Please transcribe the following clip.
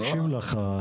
אני מקשיב לך.